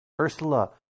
Ursula